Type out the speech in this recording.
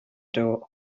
door